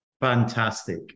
Fantastic